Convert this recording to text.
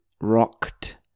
rocked